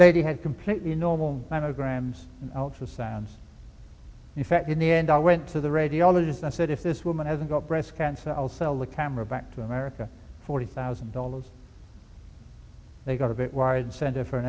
they had completely normal nanograms ultrasounds in fact in the end i went to the radiologist and said if this woman has got breast cancer i'll sell the camera back to america forty thousand dollars they got a bit wired center for an